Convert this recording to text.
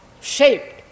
shaped